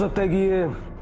but give